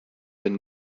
been